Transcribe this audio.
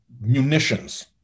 munitions